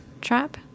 Trap